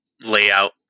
layout